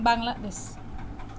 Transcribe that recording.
Bangladesh